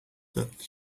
that